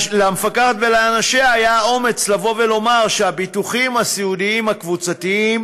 היה האומץ לבוא ולומר שהביטוחים הסיעודיים הקבוצתיים